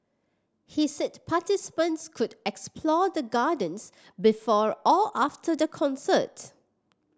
he said participants could explore the gardens before or after the concert